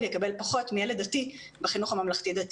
יקבל פחות מילד דתי בחינוך הממלכתי דתי,